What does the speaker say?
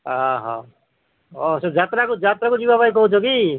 ଯାତ୍ରାକୁ ଯାତ୍ରାକୁ ଯିବା ପାଇଁ କହୁଛ କି